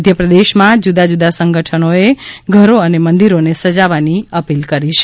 મધ્ય પ્રદેશમાં જુદા જુદા સંગઠનોએ ઘરો અને મંદીરોને સજાવવાની અપીલ કરી છે